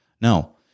No